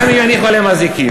גם אם יניחו עליהם אזיקים.